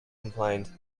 complained